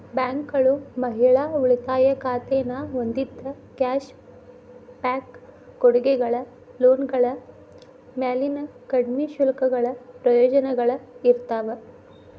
ಬ್ಯಾಂಕ್ಗಳು ಮಹಿಳಾ ಉಳಿತಾಯ ಖಾತೆನ ಹೊಂದಿದ್ದ ಕ್ಯಾಶ್ ಬ್ಯಾಕ್ ಕೊಡುಗೆಗಳ ಲೋನ್ಗಳ ಮ್ಯಾಲಿನ ಕಡ್ಮಿ ಶುಲ್ಕಗಳ ಪ್ರಯೋಜನಗಳ ಇರ್ತಾವ